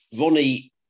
Ronnie